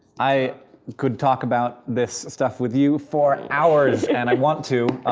i could talk about this stuff with you for hours, and i want to,